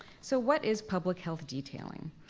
so what is public health detailing?